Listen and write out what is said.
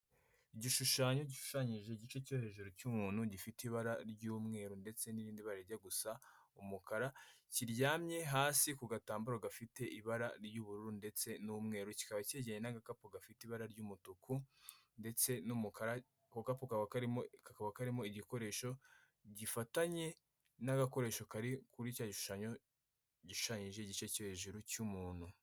Igishushanyo gishushanyije igice cyo hejuru cy'umuntu gifite ibara ry'umweru ndetse n'irindi bara rijya gusa umukara kiryamye hasi ku gatambaro gafite ibara ry'ubururu ndetse n'umweru, kikaba cyegeranye n'agakapu gafite ibara ry'umutuku ndetse n'umukara, ako gapu kaba karimo kakaba karimo igikoresho gifatanye n'agakoresho kari kuri cya gishushanyo gishushanyije igice cyo hejuru cy'umuntu.